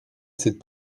cette